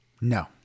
No